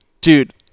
Dude